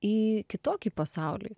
į kitokį pasaulį